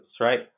right